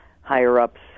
higher-ups